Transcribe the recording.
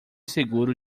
seguro